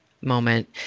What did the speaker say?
moment